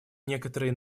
некоторые